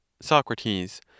SOCRATES